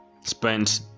spent